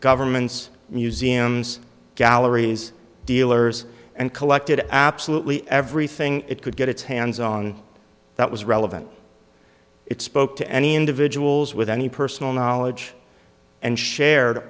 governments museums galleries dealers and collected absolutely everything it could get its hands on that was relevant it spoke to any individuals with any personal knowledge and shared